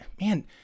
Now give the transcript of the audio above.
man